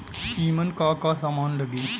ईमन का का समान लगी?